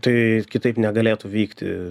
tai kitaip negalėtų vykti